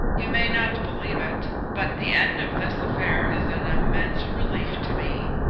you may not believe it, but the end of this affairs is an immense relief to me.